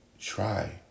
try